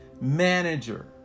manager